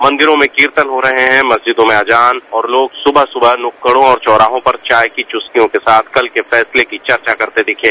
मंदिरों में कीर्तन हो रहे हैं मस्जिदों मे अजान और लोग सुबह सुबह नुक्कड़ों और चौराहों पर चाय की चुस्कियों के साथ कल के फैसले की चर्चा करते दिखे